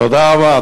תודה רבה.